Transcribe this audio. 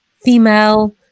female